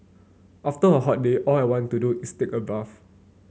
after a hot day all I want to do is take a bath